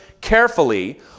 carefully